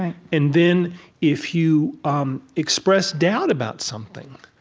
and and then if you um express doubt about something,